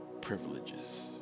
privileges